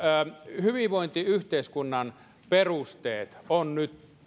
hyvinvointiyhteiskunnan perusteet on nyt